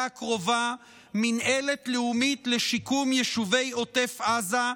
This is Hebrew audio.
הקרובה מינהלת לאומית לשיקום יישובי עוטף עזה,